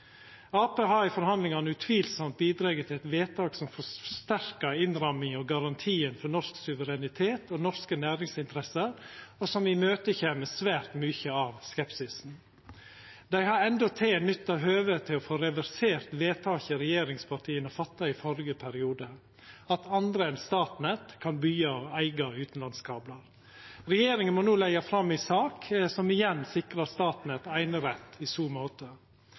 Arbeidarpartiet har i forhandlingane utvilsamt bidrege til eit vedtak som forsterkar innramminga av og garantien for norsk suverenitet og norske næringsinteresser, og som imøtekjem svært mykje av skepsisen. Dei har endåtil nytta høvet til å få reversert vedtaket regjeringspartia fatta i førre periode – at andre enn Statnett kan byggja eigne utanlandskablar. Regjeringa må no leggja fram ei sak som igjen sikrar Statnett einerett i så måte.